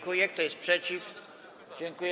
Kto jest przeciw?